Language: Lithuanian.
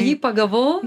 jį pagavau